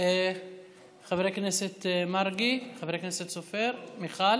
חבר הכנסת מרגי, חבר הכנסת סופר, מיכל